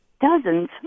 dozens